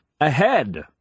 Ahead